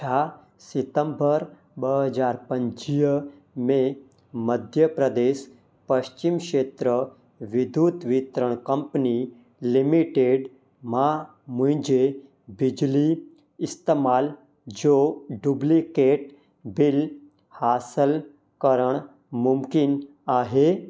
छा सितंबर ॿ हज़ार पंजवीह में मध्य प्रदेस पश्चिम खेत्र विद्युत वितिरण कंपनी लिमिटेड मां मुंहिंजे बिजली इस्तेमाल जो डुब्लीकेट बिल हासिलु करण मुनकिन आहे